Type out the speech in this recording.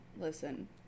listen